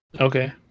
Okay